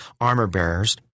armor-bearers